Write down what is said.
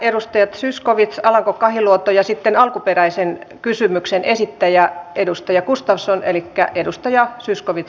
edustajat zyskowicz alanko kahiluoto ja sitten alkuperäisen kysymyksen esittäjä edustaja gustafsson